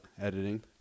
editing